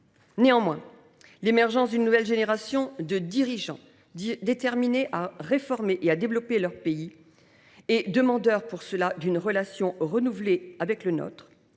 Néanmoins, l’émergence d’une nouvelle génération de dirigeants déterminés à réformer et à développer leur pays et demandeurs, à cette fin, d’une relation renouvelée avec le nôtre,